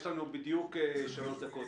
יש לנו בדיוק שלוש דקות.